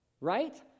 Right